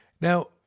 Now